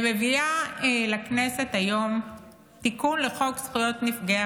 אני מביאה לכנסת היום תיקון לחוק זכויות נפגעי